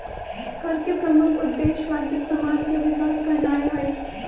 कर के प्रमुख उद्देश्य वंचित समाज के विकास करनाइ हइ